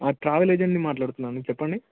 travel ఏజెంట్ని మాట్లాడుతున్నానండి చెప్పండి